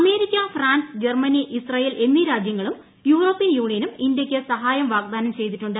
America France Germany Israel എന്നീ രാജ്യങ്ങളും European യൂണിയനും ഇന്ത്യയ്ക്ക് സഹായം വാഗ്ദാനം ചെയ്തിട്ടുണ്ട്